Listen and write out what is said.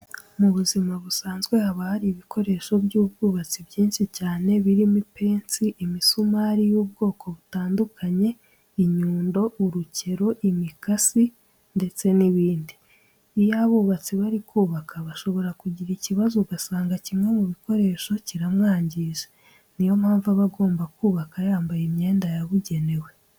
Mu buzima busanzwe haba hari ibikoresho by'ubwubatsi byinshi cyane birimo ipensi, imisumari y'ubwoko butandukanye, inyundo, urukero, imikasi ndetse n'ibindi. Iyo abubatsi bari kubaka bashobora kugira ikibazo ugasanga kimwe mu bikoresho kiramwangije, ni yo mpamvu aba agomba kubaka yambaye imyenda yabugenewe.